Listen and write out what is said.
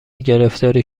گرفتاری